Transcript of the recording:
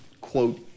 quote